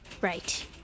Right